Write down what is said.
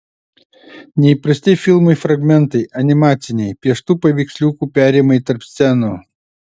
neįprasti filmui fragmentai animaciniai pieštų paveiksliukų perėjimai tarp scenų